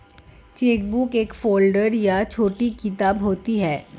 chequebook एक folder या छोटी किताब होती है